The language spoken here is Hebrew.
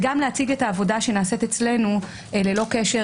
אני גם רוצה להציג את העבודה שנעשית אצלנו ללא קשר